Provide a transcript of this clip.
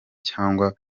cyangwa